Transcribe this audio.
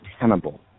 tenable